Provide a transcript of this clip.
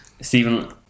Stephen